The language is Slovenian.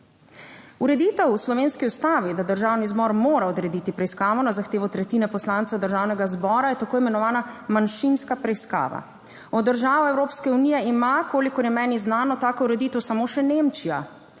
Ureditev v slovenski ustavi, da Državni zbor mora odrediti preiskavo na zahtevo tretjine poslancev Državnega zbora je tako imenovana manjšinska preiskava. Od držav Evropske unije ima, kolikor je meni znano, tako ureditev samo še Nemčija.